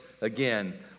again